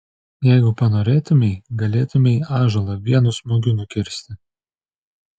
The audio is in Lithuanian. jeigu panorėtumei galėtumei ąžuolą vienu smūgiu nukirsti